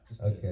okay